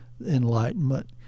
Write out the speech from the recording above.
enlightenment